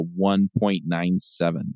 1.97